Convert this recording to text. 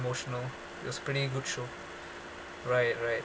~motional it was pretty good show right right